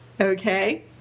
Okay